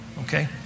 okay